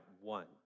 one